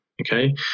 okay